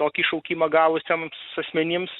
tokį šaukimą gavusiems asmenims